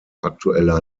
aktueller